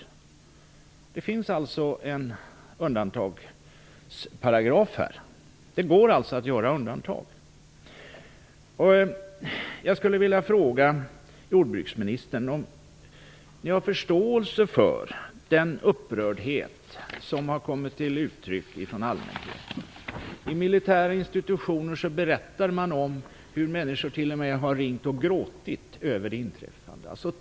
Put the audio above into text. Det finns alltså en undantagsparagraf som medger undantag. Jag skulle vilja fråga jordbruksministern om hon har förståelse för den upprördhet som har kommit till uttryck från allmänheten. Vid militära institutioner kan man berätta om hur människor t.o.m. har ringt och gråtit över det inträffade.